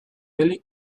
really